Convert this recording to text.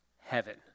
heaven